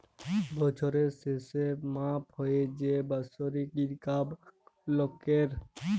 বছরের শেসে মাপা হ্যয় যে বাৎসরিক ইলকাম লকের